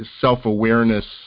self-awareness